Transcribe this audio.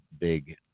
big